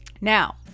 now